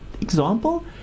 Example